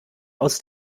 aus